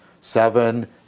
seven